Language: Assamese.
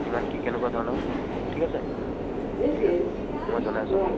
কিমান কি কেনেকুৱা ধৰণৰ ঠিক আছে ঠিক আছে মই জনাই আছোঁ আপোনাক